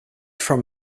from